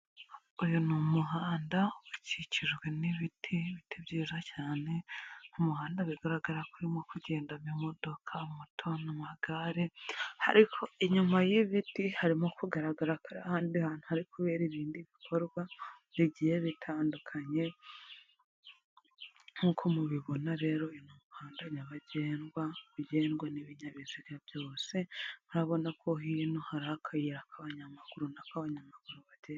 Uyu ni umuhanda ukikijwe n'ibiti, ibiti byiza cyane ku muhanda bigaragara ko urimo kugenda mo imodoka moto n'amagare, ariko inyuma y'ibiti harimo kugaragara ko hari ahandi hantu hari kubera ibindi bikorwa bigiye bitandukanye, nk'uko mubibona rero uyu ni umuhanda nyabagendwa ugendwa n'ibinyabiziga byose murabona ko hino hari akayira k'abanyamakuru ni ako abanyamaguru bagendamo.